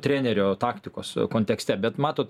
trenerio taktikos kontekste bet matot